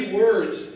words